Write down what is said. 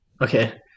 Okay